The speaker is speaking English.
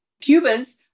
Cubans